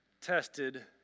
tested